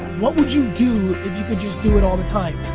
what would you do if you could just do it all the time?